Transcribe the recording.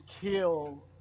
kill